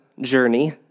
journey